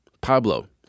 Pablo